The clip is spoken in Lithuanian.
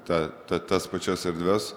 tą ta tas pačias erdves